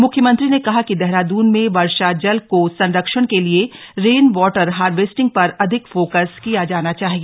मुख्यमंत्री ने कहा कि देहराद्रन में वर्षाजल को संरक्षण के लिए रेनवॉटर हार्वेस्टिंग पर अधिक फोकस किया जाना चाहिए